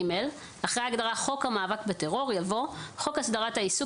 אחרי ההגדרה "לחוק המאבק בטרור" יבוא: ""חוק הסדרת העיסוק